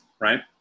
right